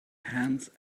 hands